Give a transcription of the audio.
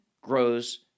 grows